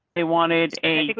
they wanted a